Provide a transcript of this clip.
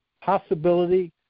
possibility